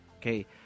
Okay